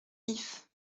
ifs